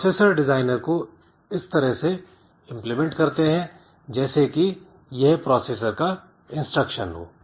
processor designer इसको इस तरह से इंप्लीमेंट करते हैं जैसे कि यह प्रोसेसर का ही इंस्ट्रक्शन हो